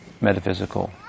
metaphysical